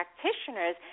practitioners